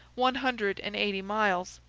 one hundred and eighty miles.